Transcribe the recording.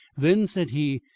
then, said he,